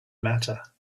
matter